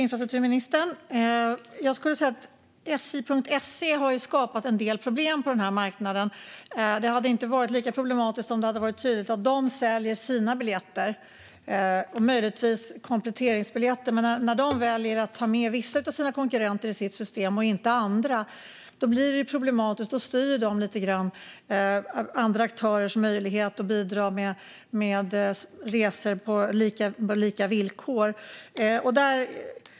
Fru talman! Sj.se har skapat en del problem på marknaden. Det hade inte varit lika problematiskt om det hade varit tydligt att de säljer sina biljetter och möjligtvis kompletteringsbiljetter. När de väljer att ta med vissa av sina konkurrenter i sitt system och inte andra blir det problematiskt. Då styr de lite grann andra aktörers möjligheter att bidra med resor på lika villkor.